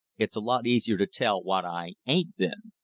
it's a lot easier to tell what i ain't been.